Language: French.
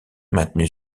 maintenue